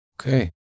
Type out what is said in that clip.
Okay